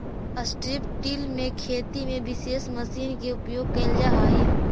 strip till में खेती में विशेष मशीन के उपयोग कैल जा हई